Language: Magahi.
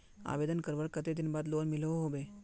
आवेदन करवार कते दिन बाद लोन मिलोहो होबे?